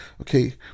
okay